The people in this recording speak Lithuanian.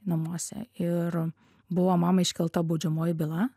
namuose ir buvo mamai iškelta baudžiamoji byla